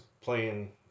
playing